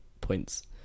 points